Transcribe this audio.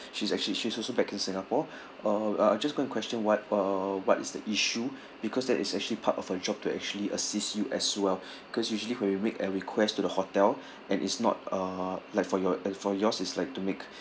she's actually she's also back in singapore uh I'll just going question what are uh what is the issue because that is actually part of her job to actually assist you as well because usually when you make a request to the hotel and is not uh like for your and for yours is like to make